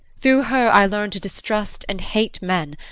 through her i learned to distrust and hate men,